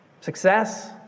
success